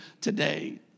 today